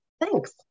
Thanks